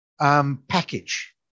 package